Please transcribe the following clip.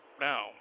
now